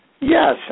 Yes